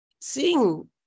seeing